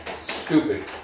Stupid